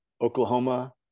Oklahoma